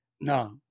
no